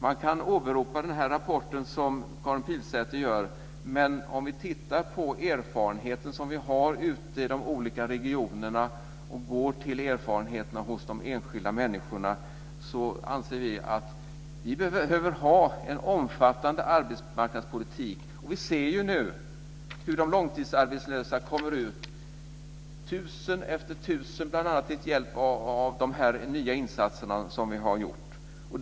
Man kan åberopa den rapport som Karin Pilsäter åberopade, men om vi tittar på de erfarenheter som finns ute i olika regioner och erfarenheterna hos de enskilda människorna anser vi att det behövs en omfattande arbetsmarknadspolitik. Vi kan nu se hur långtidsarbetslösa kommer ut på arbetsmarknaden tusen efter tusen bl.a. med hjälp av de nya insatserna som vi har gjort.